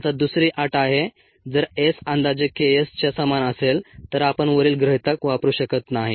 आता दुसरी अट आहे जर s अंदाजे K s च्या समान असेल तर आपण वरील गृहितक वापरु शकत नाही